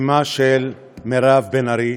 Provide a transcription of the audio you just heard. אמה של מירב בן ארי.